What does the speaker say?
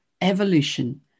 evolution